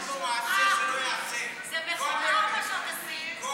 וזה לא משנה אם זה